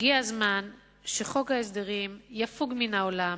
הגיע הזמן שחוק ההסדרים יפוג מן העולם,